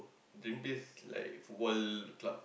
then taste like Football Club